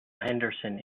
henderson